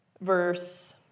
verse